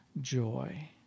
joy